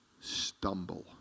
stumble